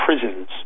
prisons